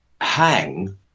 hang